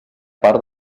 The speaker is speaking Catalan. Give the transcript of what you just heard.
part